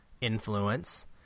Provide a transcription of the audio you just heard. influence